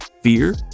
fear